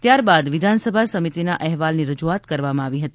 ત્યારબાદ વિધાનસભા સમિતિના અહેવાલની રજૂઆત કરવામાં આવી હતી